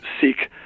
seek